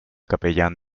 capellán